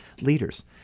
leaders